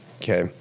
Okay